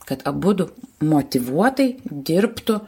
kad abudu motyvuotai dirbtų